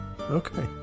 Okay